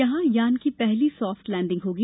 यहां यान की पहली सॉफ्ट लैंडिंग होगी